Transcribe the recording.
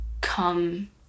come